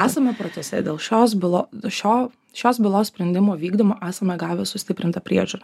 esame procese dėl šios bylo šio šios bylos sprendimo vykdomo esame gavę sustiprintą priežiūrą